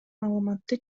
маалыматты